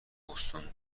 بوستون